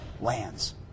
lands